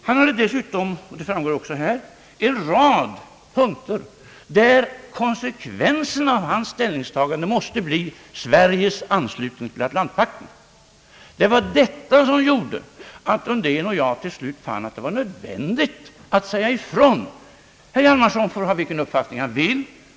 Han hade dessutom en rad punkter där konsekvensen av hans ställningstagande måste bli Sveriges anslutning till Atlantpakten. Det var detta som gjorde att Undén och jag till slut fann att det var nödvändigt att säga ifrån. Herr Hjalmarson får ha vilken uppfattning han vill.